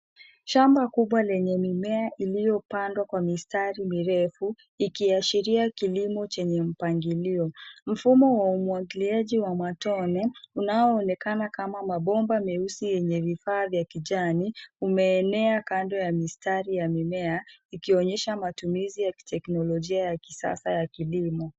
Shamba kubwa lenye mimea iliyopandwa kwa mistari mirefu ikiashiria kilimo chenye mpangilio. Mfumo wa umwagiliaji wa matone unaoonekana kama mabomba meusi yenye vifaa vya kijani umeenea kando ya mistari ya mimea ikionyesha matumizi ya kiteknolojia ya kisasa ya kilimo.